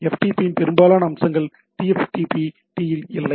FTP இன் பெரும்பாலான அம்சங்கள் TFTP இல் இல்லை